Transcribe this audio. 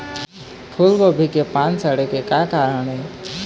फूलगोभी के पान सड़े के का कारण ये?